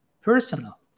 personal